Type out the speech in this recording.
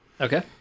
Okay